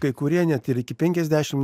kai kurie net ir iki penkiasdešimt